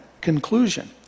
conclusion